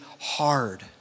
hard